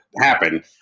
happen